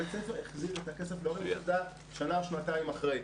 בית הספר החזיר את הכסף להורים שנה או שנתיים אחרי.